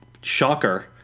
shocker